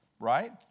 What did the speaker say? right